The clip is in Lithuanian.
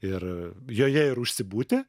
ir joje ir užsibūti